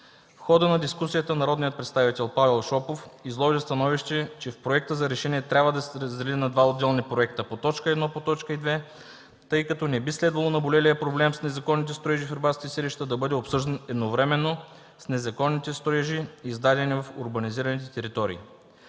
В хода на дискусията народният представител Павел Шопов изложи становище, че проектът за решение трябва да се раздели на два отделни проекта – по точка първа и по точка втора, тъй като не би следвало наболелият проблем с незаконните строежи в рибарските селища да бъде обсъждан едновременно с незаконни строежи, изградени в урбанизираните територии.